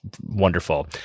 wonderful